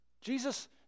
Jesus